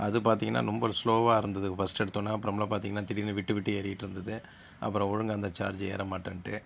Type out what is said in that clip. அது பார்த்தீங்கனா ரொம்ப ஸ்லோவாக இருந்தது ஃபஸ்ட் எடுத்தவுடனே அப்பறம்லாம் பார்த்தீங்கனா திடீர்னு விட்டுவிட்டு ஏறிட்டுருந்தது அப்புறம் ஒழுங்காக அந்த சார்ஜு ஏற மாட்டேன்ட்டு